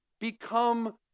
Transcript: Become